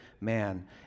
man